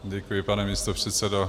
Děkuji, pane místopředsedo.